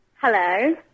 Hello